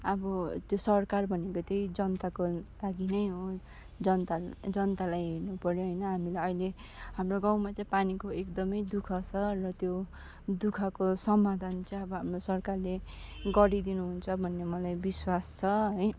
अब त्यो सरकार भनेको त्यही जनताको लागि नै हो जनताल् जनतालाई हेर्न पर्यो होइन हामीलाई अहिले हाम्रो गाउँमा चाहिँ पानीको एकदमै दुःख छ र त्यो दुःखको समाधान चाहिँ अब हाम्रो सरकारले गरिदिनु हुन्छ भन्ने मलाई विस्वास छ है